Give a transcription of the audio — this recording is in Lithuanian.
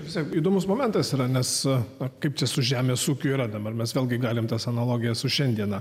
visai įdomus momentas rasa kaip čia su žemės ūkiu yra dabar mes vėlgi galime tas analogiją su šiandiena